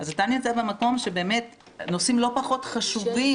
אז אתה נמצא במקום שבאמת הנושאים לא פחות חשובים,